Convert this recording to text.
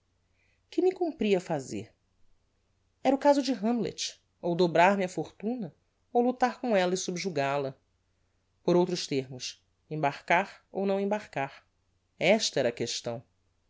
que me cumpria fazer era o caso de hamlet ou dobrar me á fortuna ou lutar com ella e subjugal a por outros termos embarcar ou não embarcar esta era a questão